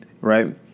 right